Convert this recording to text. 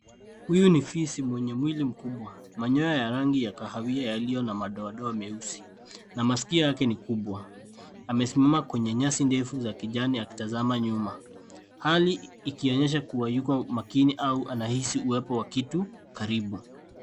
Huyu ni fisi mwenye mwili mkubwa. Manyoya ya rangi ya kahawia yaliyo na madoadoa meusi na maskio yake ni kubwa. Amesimama kwenye nyasi ndefu za kijani akitazama nyuma. Hali ikionyesha kuwa yuko makini au anahisi uwepo wa kitu karibu.